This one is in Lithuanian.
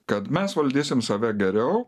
kad mes valdysim save geriau